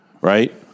right